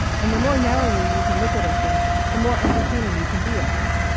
and the more narrowly you can look at a thing the more entertaining you can be about it.